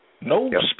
No